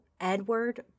Edward